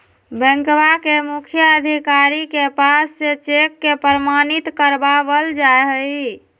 बैंकवा के मुख्य अधिकारी के पास से चेक के प्रमाणित करवावल जाहई